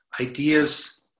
Ideas